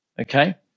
Okay